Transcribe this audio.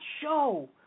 show